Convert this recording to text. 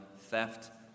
theft